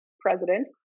president